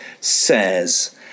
says